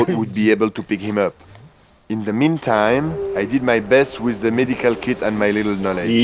would be able to pick him up in the meantime, i did my best with the medical kit and my little knowledge